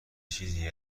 چیزی